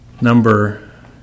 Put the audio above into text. Number